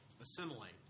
assimilate